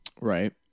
right